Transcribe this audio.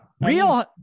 Real-